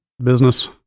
business